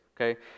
okay